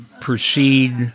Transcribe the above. proceed